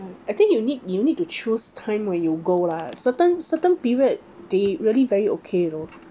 I think you need you need to choose time when you go lah certain certain period they really very okay you know